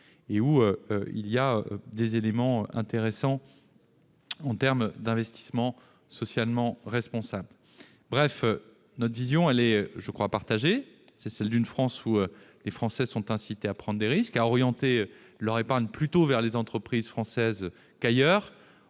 Il y a là des éléments intéressants en termes d'investissements socialement responsables. Notre vision est, me semble-t-il, partagée : c'est celle d'une France où les Français sont incités à prendre des risques, à orienter leur épargne plutôt vers les entreprises françaises qu'ailleurs,